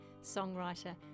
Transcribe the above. songwriter